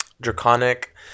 Draconic